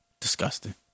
disgusting